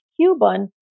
Cuban